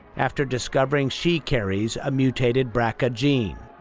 after discovering she carries a mutated brca gene.